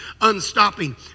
unstopping